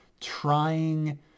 trying